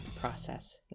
process